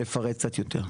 לפרט קצת יותר.